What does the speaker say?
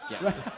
Yes